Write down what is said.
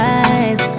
eyes